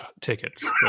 tickets